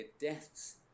deaths